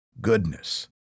goodness